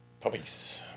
puppies